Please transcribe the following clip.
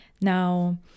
Now